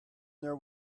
their